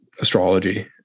astrology